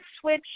switch